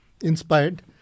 inspired